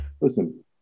listen